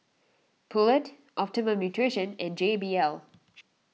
Poulet Optimum Nutrition and J B L